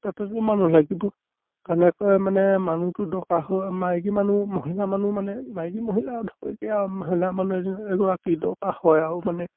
তাতেতো মানুহ লাগিব কেনেকৈ মানে মানুহটো দৰকাৰ হয় মাইকী মানুহ মহিলা মানুহ মানে মাইকী মহিলা ধৰক একে আৰু মহিলা মানুহ এজনী এগৰাকী দৰকাৰ হয় আৰু মানে